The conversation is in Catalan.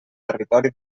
territori